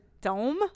dome